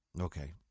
Okay